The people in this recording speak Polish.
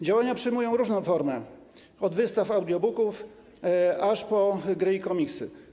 Działania przyjmują różną formę: od wystaw, audiobooków aż po gry i komiksy.